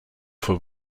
for